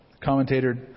commentator